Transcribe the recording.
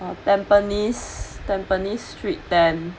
Tampines Tampines street ten